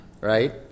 right